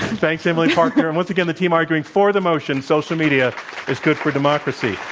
thanks, emily parker. and once again, the team arguing for the motion social media is good for democracy.